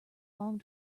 long